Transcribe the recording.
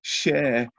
share